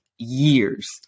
years